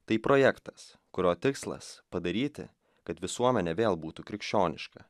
tai projektas kurio tikslas padaryti kad visuomenė vėl būtų krikščioniška